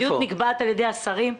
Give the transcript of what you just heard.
המדיניות נקבעת על-ידי השרים.